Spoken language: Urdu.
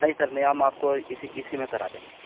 نہیں سر نہیں ہم آپ کو اسی اسی میں کرا دیں گے